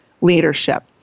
leadership